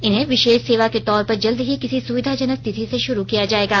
इन्हें विशेष सेवा के तौर पर जल्द ही किसी सुविधाजनक तिथि से शुरू किया जाएगा